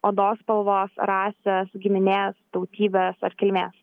odos spalvos rasės giminės tautybės ar kilmės